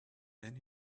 then